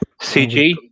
CG